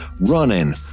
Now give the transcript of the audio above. running